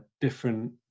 different